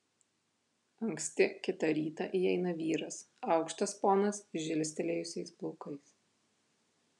anksti kitą rytą įeina vyras aukštas ponas žilstelėjusiais plaukais